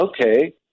okay